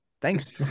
thanks